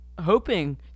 hoping